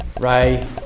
Ray